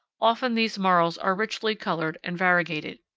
often these marls are richly colored and variegated.